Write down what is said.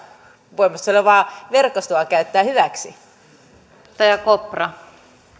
voimassa olevaa verkostoa käyttää hyväksi